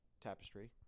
Tapestry